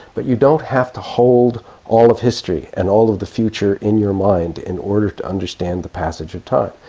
but you don't have to hold all of history and all of the future in your mind in order to understand the passage of time.